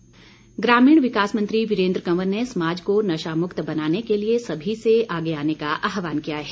वीरेन्द्व कंवर ग्रामीण विकास मंत्री वीरेन्द्र कंवर ने समाज को नशामुक्त बनाने के लिए सभी से आगे आने का आहवान किया है